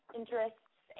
interests